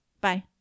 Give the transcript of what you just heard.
Bye